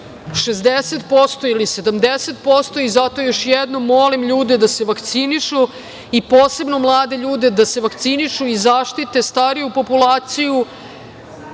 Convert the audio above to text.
60% ili 70% i zato još jednom molim ljude da se vakcinišu, posebno mlade ljude i zaštite stariju populaciju